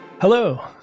Hello